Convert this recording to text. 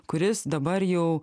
kuris dabar jau